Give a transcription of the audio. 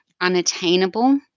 unattainable